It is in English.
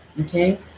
Okay